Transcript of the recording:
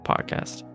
podcast